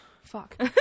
fuck